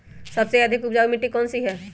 सबसे अधिक उपजाऊ मिट्टी कौन सी हैं?